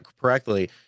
correctly